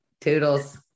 Toodles